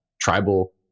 tribal